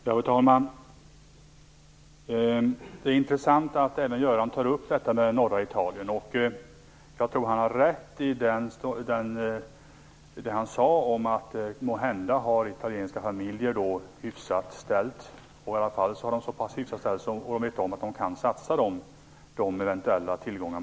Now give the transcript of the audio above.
Fru talman! Det är intressant att även Göran Hägglund tar upp norra Italien. Jag tror att han måhända har rätt i att italienska familjer har det hyggligt ställt, i varje så pass att de vet att de kan satsa de tillgångar som de eventuellt har.